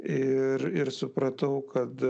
ir ir supratau kad